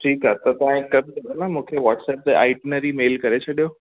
ठीकु आहे त तव्हां हिकु कमु कयो न मूंखे व्हाटसप ते आइटनरी मेल करे छॾियो